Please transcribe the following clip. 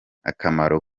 akamaro